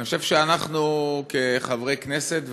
אני חושב שאנחנו כחברי כנסת,